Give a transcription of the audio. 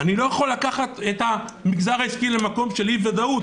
אני לא יכול לקחת את המגזר העסקי למקום של אי-ודאות.